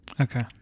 Okay